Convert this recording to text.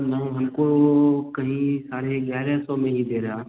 नहीं हमको कहीं साढ़े एग्यारह सौ में ही दे रहा